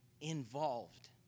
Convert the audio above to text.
involved